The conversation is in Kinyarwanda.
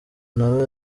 nawe